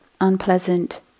unpleasant